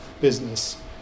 business